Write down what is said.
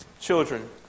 children